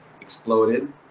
exploded